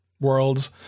worlds